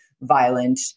violent